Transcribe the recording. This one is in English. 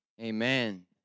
Amen